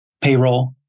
payroll